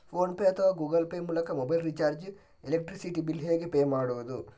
Phone pay ಅಥವಾ Google Pay ಮೂಲಕ mobile recharge, electricity bill ಹೇಗೆ ಪೇ ಮಾಡುವುದು?